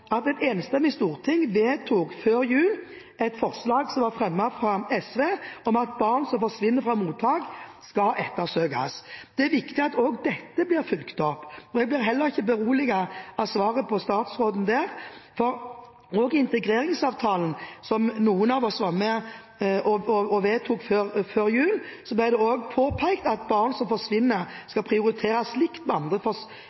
at barn som forsvinner fra mottak, skal ettersøkes. Det er viktig at også dette blir fulgt opp. Jeg blir heller ikke beroliget av svaret fra statsråden her, for også i integreringsavtalen, som noen av oss var med og vedtok før jul, ble det påpekt at saker om barn som forsvinner,